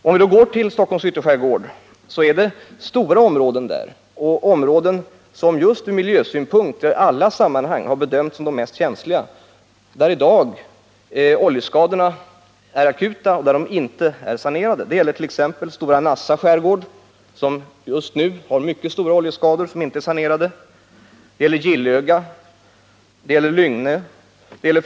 När det gäller Stockholms ytterskärgård rör det sig om stora områden som just från miljösynpunkt i alla sammanhang har bedömts som de mest känsliga. I dessa områden, som ännu inte är sanerade, är problemen akuta. Det gällert.ex. Stora Nassa skärgård, som just nu har mycket stora oljeskador och som inte är sanerad, Gillöga, Lygnaskärgården, Fredlarna och Svenska Högarna.